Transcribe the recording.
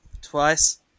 twice